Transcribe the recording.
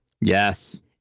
Yes